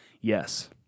yes